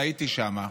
כשהייתי שם,